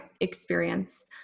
experience